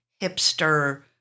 hipster